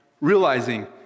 realizing